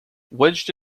wedged